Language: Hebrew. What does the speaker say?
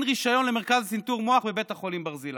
רישיון למרכז לצנתור מוח לבית החולים ברזילי.